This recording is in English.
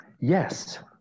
yes